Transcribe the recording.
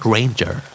Ranger